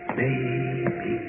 baby